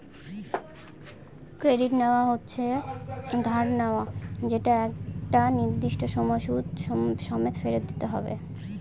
credit নেওয়া মানে হচ্ছে ধার নেওয়া যেটা একটা নির্দিষ্ট সময় সুদ সমেত ফেরত দিতে হয়